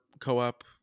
co-op